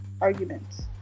Arguments